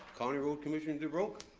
county road commissions are broke,